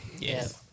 Yes